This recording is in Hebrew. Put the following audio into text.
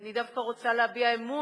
אני דווקא רוצה להביע אמון